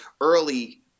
early